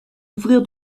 ouvrir